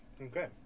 Okay